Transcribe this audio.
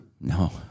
No